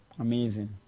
Amazing